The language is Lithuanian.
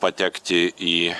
patekti į